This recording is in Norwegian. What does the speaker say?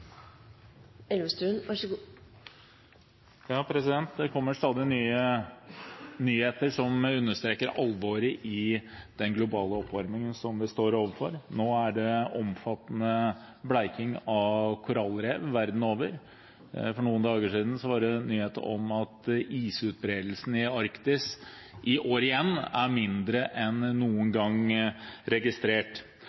Det kommer stadig nye nyheter som understreker alvoret i den globale oppvarmingen som vi står overfor. Nå er det omfattende bleking av korallrev verden over. For noen dager siden var det nyheten om at isutbredelsen i Arktis – i år igjen – er mindre enn noen